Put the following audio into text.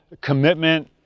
commitment